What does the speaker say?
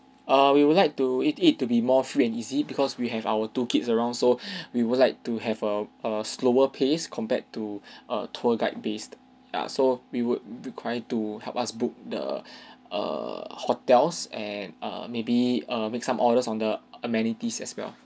err we would like to it it to be more free and easy because we have our two kids around so we would like to have a a slower pace compared to a tour guide based err so we would be required to help us book the err hotels and err maybe err make some orders on the amenities as well